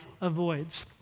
avoids